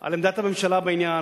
על עמדת הממשלה בעניין.